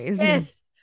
Yes